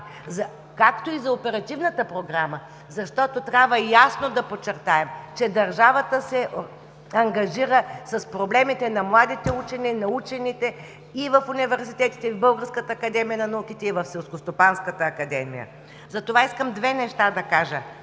както и за оперативната програма, защото трябва ясно да подчертаем, че държавата се ангажира с проблемите на младите учени и на учените и в университетите, и в Българска академия на науките, и в Селскостопанската академия. Затова искам две неща да кажа.